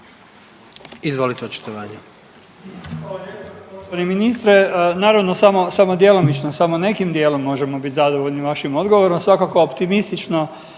Izvolite očitovanje.